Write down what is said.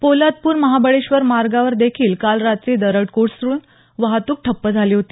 पोलादपूर महाबळेश्वर मार्गावर देखील काल रात्री दरड कोसळून वाहतूक ठप्प झाली होती